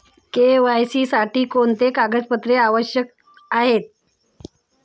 KYC साठी कोणती कागदपत्रे आवश्यक आहेत?